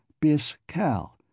bis-cal